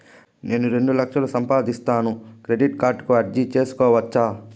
నేను రెండు లక్షలు సంపాదిస్తాను, క్రెడిట్ కార్డుకు అర్జీ సేసుకోవచ్చా?